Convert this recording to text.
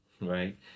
right